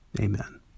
Amen